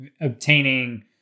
obtaining